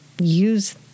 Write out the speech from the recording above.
use